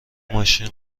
ماشین